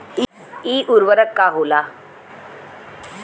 इ उर्वरक का होला?